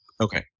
Okay